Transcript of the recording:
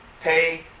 pay